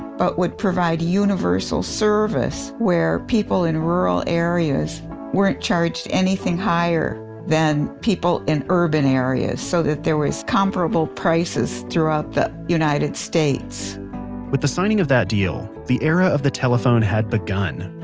but would provide universal service where people in rural areas weren't charged anything higher than people in urban areas, so that there was comparable prices throughout the united states with the signing of that deal, the era of the telephone had begun.